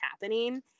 happening